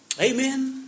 Amen